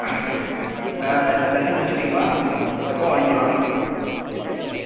ஆ என்ன தைச்சி முடிச்சுட்டிங்களா எப்போ வாங்கிக்கிலாம்